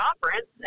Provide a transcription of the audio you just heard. conference